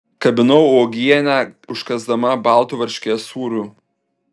kabinau uogienę užkąsdama baltu varškės sūriu